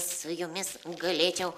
su jumis galėčiau